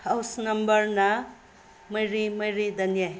house ꯅꯝꯕꯔꯅ ꯃꯔꯤ ꯃꯔꯤꯗꯅꯦ